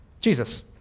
Jesus